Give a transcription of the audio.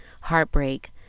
heartbreak